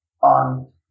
on